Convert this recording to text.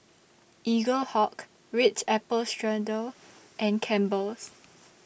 Eaglehawk Ritz Apple Strudel and Campbell's